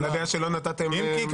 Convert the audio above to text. אולי בגלל שלא נתתם מקומות.